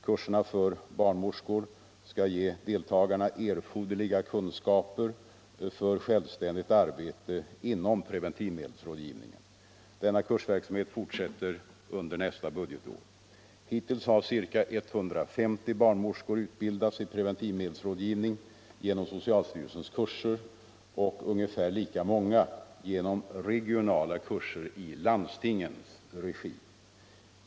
Kurserna för barnmorskor skall ge deltagarna erforderliga kunskaper för självständigt arbete inom preventivmedelsrådgivningen. Denna kursverksamhet fortsätter under nästa budgetår. Hittills har ca 150 barnmorskor utbildats i preventivmedelsrådgivning genom socialstyrelsens kurser och ungefär lika många genom regionala kurser i landstingens regi.